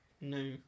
No